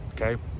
okay